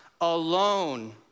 alone